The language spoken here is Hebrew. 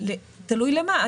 תלוי למה.